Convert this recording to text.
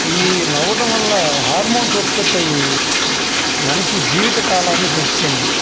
ఈ నవ్వడం వల్ల హార్మోన్స్ ఉత్పత్తి అయి మనిషి జీవిత కాలాన్నిపెంచుతుంది